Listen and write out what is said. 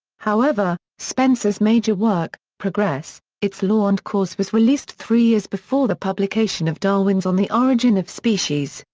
however, spencer's major work, progress its law and cause was released three years before the publication of darwin's on the origin of species,